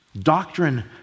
Doctrine